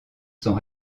sont